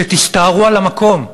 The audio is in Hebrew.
שתסתערו על המקום.